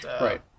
Right